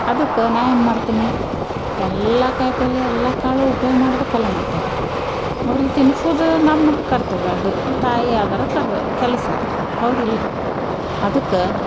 ಅದಕ್ಕೆ ನಾನು ಏನು ಮಾಡ್ತೀನಿ ಎಲ್ಲ ಕಾಯಿಪಲ್ಲೆ ಎಲ್ಲ ಕಾಳು ಉಪ್ಯೋಗ ಮಾಡ್ಬೇಕಲ್ವ ಮತ್ತು ಅವ್ರಿಗೆ ತಿನ್ಸೋದು ನಮ್ಮ ಕರ್ತವ್ಯ ಅದು ತಾಯಿ ಆದೋರ ಕರ್ ಕೆಲಸ ಹೌದಾ ಇಲ್ವ ಅದಕ್ಕೆ